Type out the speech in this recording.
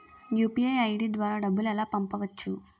UPI ID ద్వారా డబ్బులు ఎలా పంపవచ్చు?